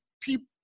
people